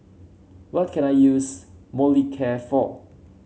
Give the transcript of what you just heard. what can I use Molicare for